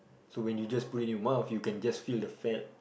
so when it just put it in your mouth you can just feel the fat